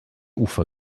ufer